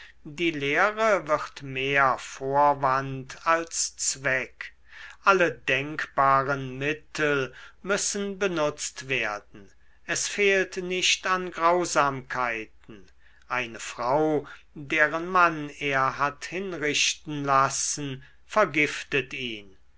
die lehre wird mehr vorwand als zweck alle denkbaren mittel müssen benutzt werden es fehlt nicht an grausamkeiten eine frau deren mann er hat hinrichten lassen vergiftet ihn